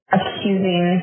Accusing